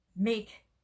make